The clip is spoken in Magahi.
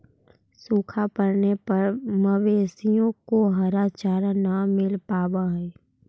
सूखा पड़ने पर मवेशियों को हरा चारा न मिल पावा हई